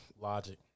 logic